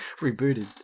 rebooted